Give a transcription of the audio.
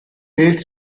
beth